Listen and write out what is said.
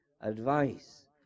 advice